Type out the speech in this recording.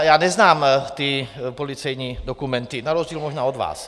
Já neznám ty policejní dokumenty, na rozdíl možná od vás.